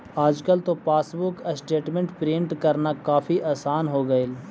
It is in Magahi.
आजकल तो पासबुक स्टेटमेंट प्रिन्ट करना काफी आसान हो गईल